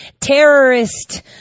terrorist